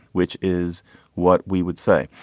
which is what we would say.